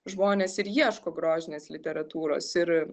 žmonės ir ieško grožinės literatūros ir